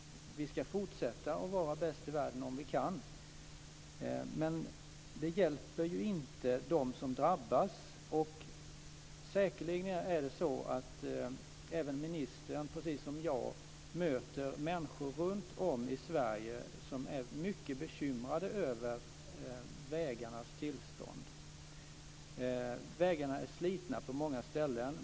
Vi ska fortsätta att vara bäst i världen om vi kan. Men det hjälper ju inte dem som drabbas. Säkerligen möter även ministern precis som jag människor runtom i Sverige som är mycket bekymrade över vägarnas tillstånd. Vägarna är slitna på många ställen.